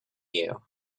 you